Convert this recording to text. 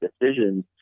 decisions